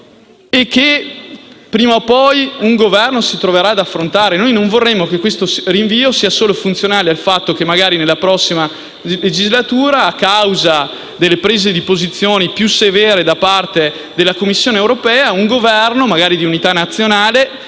prima o poi, si troverà ad affrontare. Non vorremmo che questo rinvio fosse solo funzionale al fatto che, magari nella prossima legislatura, a causa di prese di posizione più severe da parte della Commissione europea, un Governo, magari di unità nazionale